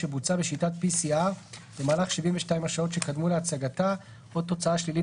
שבוצעה בשיטת PCR במהלך 72 השעות שקדמו להצגתה או תוצאה שלילית